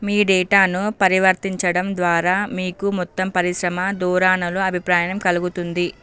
మీ డేటాను పరివర్తించడం ద్వారా మీకు మొత్తం పరిశ్రమ ధోరణుల అభిప్రాయం కలుగుతుంది